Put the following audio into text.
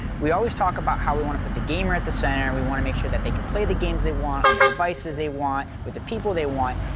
we always talk about how we want to put the gamer at the center. we want to make sure that they can play the games they want on the devices they want with the people they want.